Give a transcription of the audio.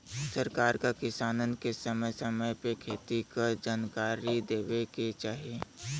सरकार क किसानन के समय समय पे खेती क जनकारी देवे के चाही